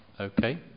Okay